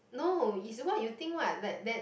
no his what you think what like that